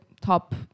top